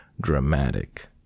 dramatic